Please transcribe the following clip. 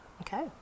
Okay